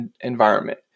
environment